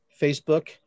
Facebook